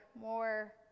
more